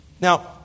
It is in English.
Now